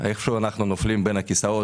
איכשהו אנחנו נופלים בין הכיסאות,